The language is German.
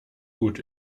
gut